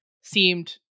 seemed